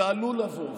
עלול לבוא,